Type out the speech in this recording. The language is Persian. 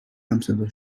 همصدا